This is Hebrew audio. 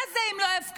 מה זה, אם לא הפקרות?